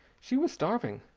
she was starving.